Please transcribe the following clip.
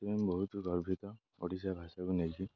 ସେଥିପାଇଁ ବହୁତ ଗର୍ବିତ ଓଡ଼ିଶା ଭାଷାକୁ ନେଇକି